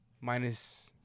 Minus